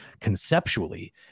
conceptually